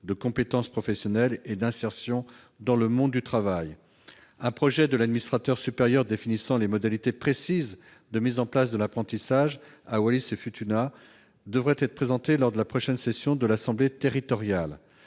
de compétences professionnelles et d'insertion dans le monde du travail. Un projet d'arrêté de l'administrateur supérieur définissant les modalités précises de mise en place de l'apprentissage à Wallis-et-Futuna devrait être présenté lors de la prochaine session de l'Assemblée territoriale.